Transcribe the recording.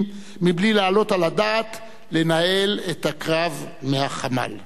מבלי להעלות על הדעת לנהל את הקרב מהחמ"ל,